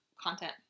content